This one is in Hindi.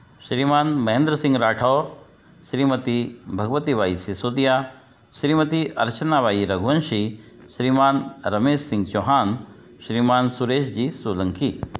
श्रीमान महेंद्र सिंह राठौर श्रीमती भगवती बाई सिसोदिया श्रीमती अर्चना बाई रघुवंशी श्रीमान रमेश सिंह चौहान श्रीमान सुरेश जी सोलंकी